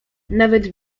nawet